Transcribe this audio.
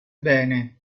bene